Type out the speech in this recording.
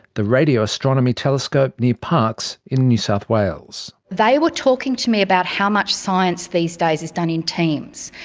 the radio astronomy telescope near parkes in new south wales. they were talking to me about how much science these days is done in teams,